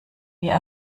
wir